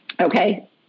Okay